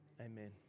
Amen